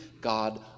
God